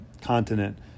continent